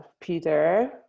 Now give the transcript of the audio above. Peter